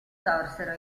sorsero